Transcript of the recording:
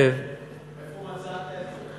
איפה מצאת את זה?